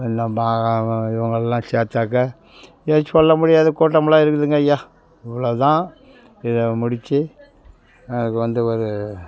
எல்லாம் இவங்கள்லாம் சேர்த்தாக்க எதுவும் சொல்ல முடியாது கூட்டமெல்லாம் இருக்குதுங்கய்யா இவ்வளோதான் இதை முடித்து எனக்கு வந்து ஒரு